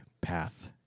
path